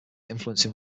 influencing